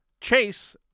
chase